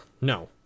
No